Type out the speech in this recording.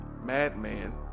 madman